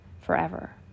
forever